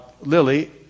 Lily